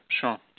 sure